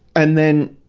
and then,